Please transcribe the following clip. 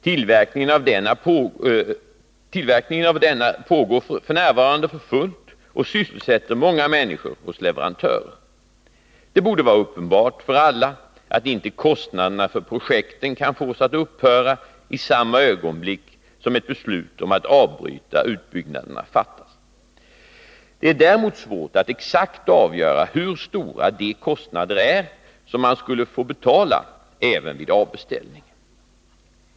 Tillverkningen av denna pågår f.n. för fullt och sysselsätter många människor hos leverantörer. Det borde vara uppenbart för alla att inte kostnaderna för projekten kan fås att upphöra i samma ögonblick som ett beslut om att avbryta utbyggnaderna fattas. Det är däremot svårt att exakt avgöra hur stora de kostnader är som man skulle få betala även vid avbeställning.